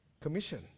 Commission